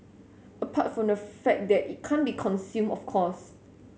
apart from the fact that it can't be consumed of course